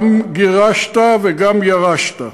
גם גירשת וגם ירשת.